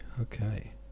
Okay